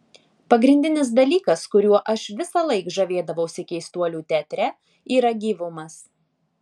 pagrindinis dalykas kuriuo aš visąlaik žavėdavausi keistuolių teatre yra gyvumas